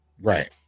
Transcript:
Right